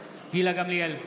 גמליאל,